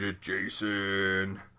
Jason